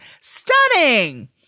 Stunning